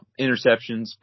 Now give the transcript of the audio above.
interceptions